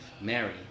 Mary